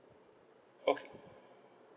okay